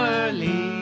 early